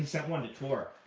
sent one to tor,